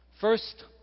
First